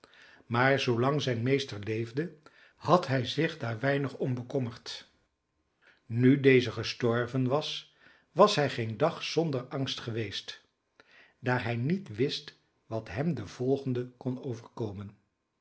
maar zoolang zijn meester leefde had hij zich daar weinig om bekommerd nu deze gestorven was was hij geen dag zonder angst geweest daar hij niet wist wat hem den volgenden kon overkomen